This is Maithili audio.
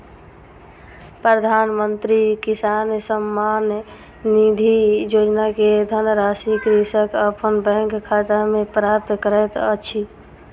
प्रधानमंत्री किसान सम्मान निधि योजना के धनराशि कृषक अपन बैंक खाता में प्राप्त करैत अछि